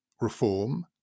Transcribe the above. reform